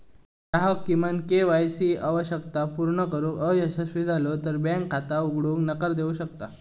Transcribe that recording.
ग्राहक किमान K Y C आवश्यकता पूर्ण करुक अयशस्वी झालो तर बँक खाता उघडूक नकार देऊ शकता